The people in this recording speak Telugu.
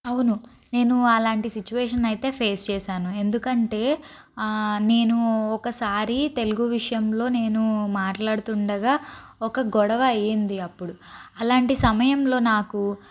అవును నేను అలాంటి సిచ్యువేషన్ అయితే ఫేస్ చేశాను ఎందుకంటే నేను ఒకసారి తెలుగు విషయంలో నేను మాట్లాడుతుండగా ఒక గొడవ అయ్యింది అప్పుడు అలాంటి సమయంలో నాకు